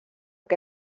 que